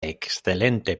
excelente